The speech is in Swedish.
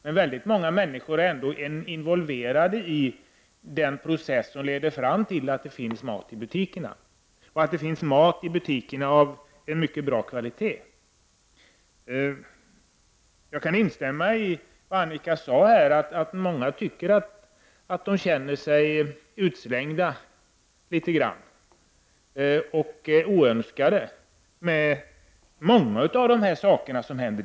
Många människor är ändå involverade i den process som leder fram till att det finns mat av en bra kvalitet i butikerna. Jag kan instämma med Annika Åhnberg att många känner sig utslängda och oönskade på grund av många av de saker som nu händer.